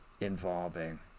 involving